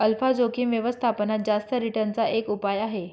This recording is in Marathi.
अल्फा जोखिम व्यवस्थापनात जास्त रिटर्न चा एक उपाय आहे